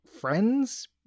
friends